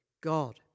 God